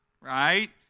right